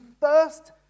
first